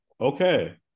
okay